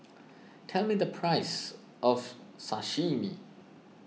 tell me the price of Sashimi